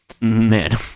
man